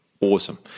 Awesome